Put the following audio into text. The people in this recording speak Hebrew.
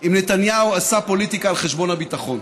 אם נתניהו עשה פוליטיקה על חשבון הביטחון.